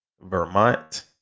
Vermont